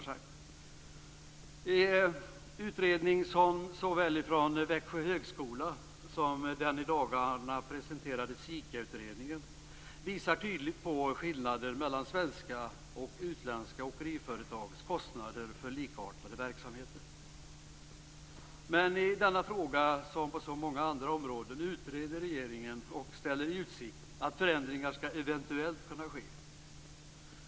Såväl utredningen från Växjö högskola som den i dagarna presenterade SIKA-utredningen visar på tydliga skillnader mellan svenska och utländska åkeriföretags kostnader för likartade verksamheter. Men denna fråga, liksom så många andra, utreder regeringen och ställer i utsikt att förändringar eventuellt skall kunna ske.